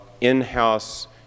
in-house